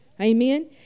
Amen